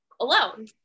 alone